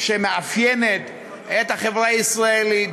שמאפיינת את החברה הישראלית,